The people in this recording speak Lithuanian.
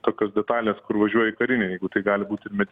tokios detalės kur važiuoji karinių jėgų tai gali būt ir